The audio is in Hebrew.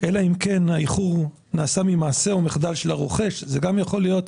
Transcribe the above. אלא אם כן האיחור נבע ממעשה או מחדל של הרוכש שזה גם יכול להיות.